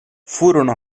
furono